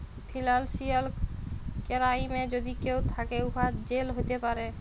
financial কেরাইমে যদি কেউ থ্যাকে, উয়ার জেল হ্যতে পারে